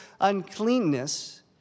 uncleanness